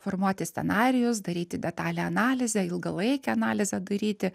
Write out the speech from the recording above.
formuoti scenarijus daryti detalią analizę ilgalaikę analizę daryti